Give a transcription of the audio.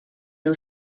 nhw